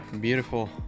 Beautiful